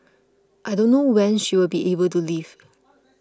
i don't know when she will be able to leave